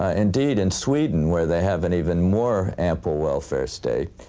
ah indeed, in sweden where they have an even more ample welfare state,